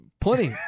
plenty